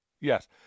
Yes